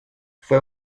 fue